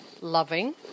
loving